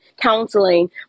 counseling